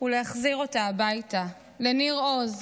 הוא להחזיר אותה הביתה, לניר עוז,